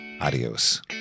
Adios